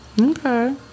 Okay